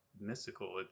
mystical